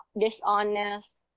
dishonest